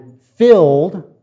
filled